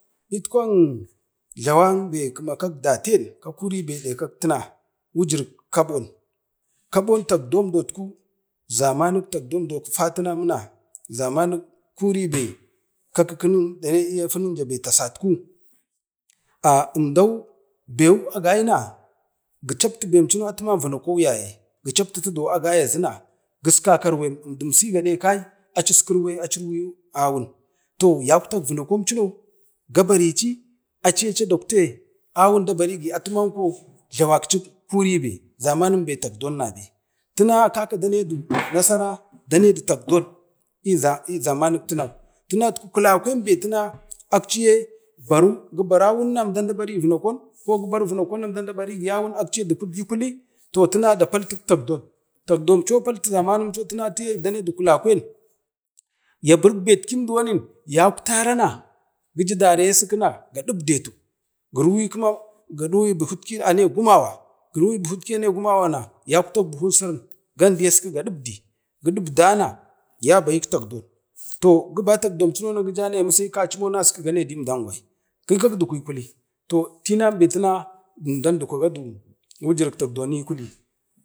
itkwan jlawambe kima kak daten ne kima kak tina, kaɓon takdon zamanue kuribo ka kikinim da tase afununja be tasat ku endau bewu agaima, gi chaptu be chune ati man virakon yaye gi chaptutu duwon agai man virakon yaye gi chaptutu duwon agai ajuna gis kaka irwenum əmdim si gəde kai aci iski irweyu awun na yakwtam vinokom chino gabaici aciye dakwte awun ne dan dabaugi atimanko jlavakci ka kuri be takdon nabe, tina kaka danedu nasaran damedu takdon u zamanik tina kulaben akci ye baru awunna umdau da barigi vinakon, vinakonna dabarigi awun akci ye dukuti kuli, toh tina da paltik takdon to paltu zamanin cho kak dukwa kulakwen yabiriu. bekkim na yakotane na gamdi aski na gaɗibdatu, girwiyi buhuttibi ane gumawa yakwta buhun sirin na gani ga ɗibdi giɗibdama ya bayik takdon toh giba tak don chuno na ya mise kachimon na gamedi mdan gwai giva gidukwi kuli, toh tinan ben əmdau dukwa wijuri i kuli,